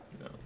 No